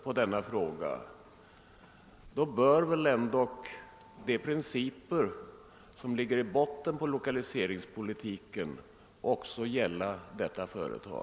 Om vi skall anlägga sådana synpunkter bör väl de priciper som ligger till grund för lokaliseringspolitiken också gälla myntverket.